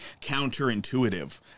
counterintuitive